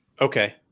Okay